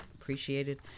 Appreciated